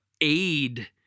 aid